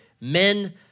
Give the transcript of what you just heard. men